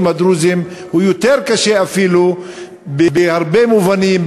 הדרוזיים הוא יותר קשה אפילו בהרבה מובנים,